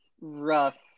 Rough